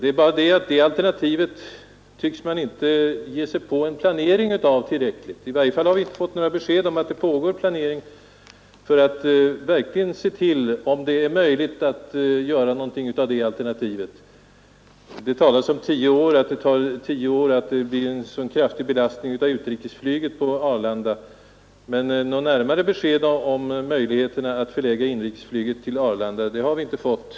Det är bara det att man inte med tillräcklig kraft tycks gå in för en planering för denna möjlighet. I varje fall har vi inte fått några besked om att det pågår någon planering för att verkligen tillse att något praktiskt kan göras av detta alternativ. Det talas visserligen om att detta med Arlanda-alternativet skulle ta tio år och att utrikesflyget på Arlanda numera innebär en mycket stark belastning. Något närmare besked om de praktiska möjligheterna att förlägga inrikesflyget till Arlanda har vi emellertid som sagt inte fått.